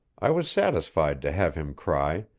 i was satisfied to have him cry,